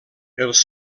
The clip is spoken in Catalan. els